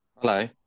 Hello